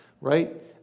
right